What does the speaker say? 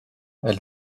elle